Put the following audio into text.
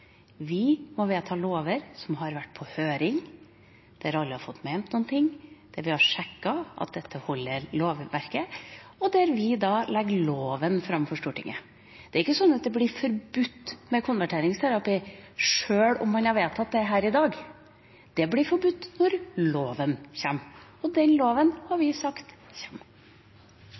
Vi må vedta lover, som har vært på høring, der alle har fått ment noe, der vi har sjekket at dette holder i lovverket, og der vi legger loven fram for Stortinget. Det er ikke sånn at det hadde blitt forbudt med konverteringsterapi sjøl om man hadde vedtatt det her i dag. Det blir forbudt når loven kommer. Og den loven har vi sagt